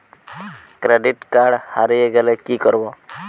Credit card হারিয়ে গেলে কি করব?